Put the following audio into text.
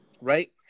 right